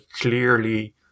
clearly